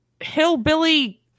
hillbilly